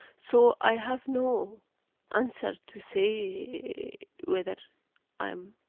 so i have no answer to say whether i'm